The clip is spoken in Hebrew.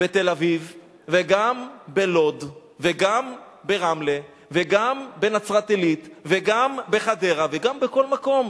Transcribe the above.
בתל-אביב וגם בלוד וגם ברמלה וגם בנצרת-עילית וגם בחדרה וגם בכל מקום,